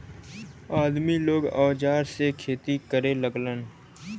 आदमी लोग औजार से खेती करे लगलन